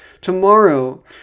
tomorrow